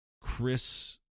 Chris